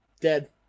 dead